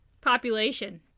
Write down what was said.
Population